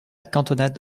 cantonade